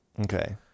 Okay